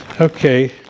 Okay